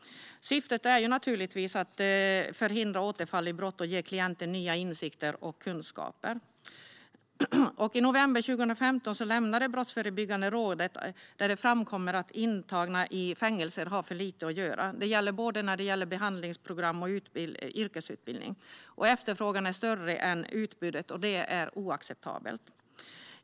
Syftet är naturligtvis att förhindra återfall i brott och att ge klienten nya insikter och kunskaper. I november 2015 lämnade Brottsförebyggande rådet en rapport där det framkommer att intagna i fängelser har för lite att göra, både när det gäller behandlingsprogram och yrkesutbildning. Efterfrågan är dessutom större än utbudet, vilket är oacceptabelt.